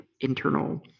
internal